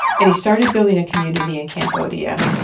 and he started building a community in cambodia.